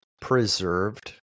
preserved